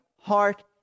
heart